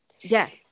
Yes